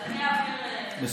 אז אני אעביר אליך.